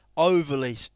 overly